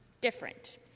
Different